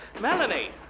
Melanie